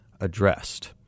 addressed